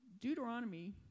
Deuteronomy